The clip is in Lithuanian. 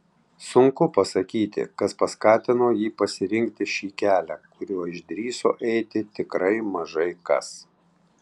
sunku pasakyti kas paskatino jį pasirinkti šį kelią kuriuo išdrįso eiti tikrai mažai kas